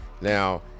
Now